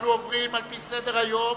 אנחנו עוברים על-פי סדר-היום